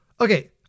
Okay